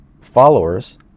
followers